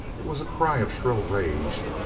it was a cry of shrill rage.